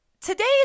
today's